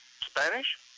Spanish